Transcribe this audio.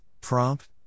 prompt